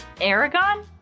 Aragon